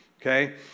okay